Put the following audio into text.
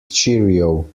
cheerio